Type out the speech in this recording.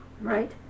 Right